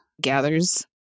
gathers